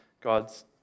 God's